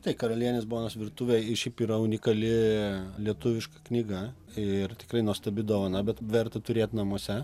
tai karalienės bonos virtuvė ir šiaip yra unikali lietuviška knyga ir tikrai nuostabi dovana bet verta turėt namuose